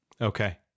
Okay